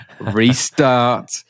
restart